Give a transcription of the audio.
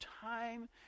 time